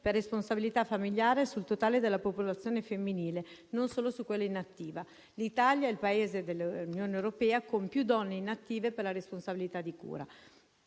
per responsabilità familiare sul totale della popolazione femminile e non solo su quella inattiva. L'Italia è il Paese dell'Unione europea con più donne inattive per responsabilità di cura.